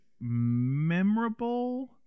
memorable